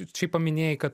šiaip paminėjai kad